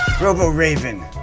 Robo-raven